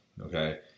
Okay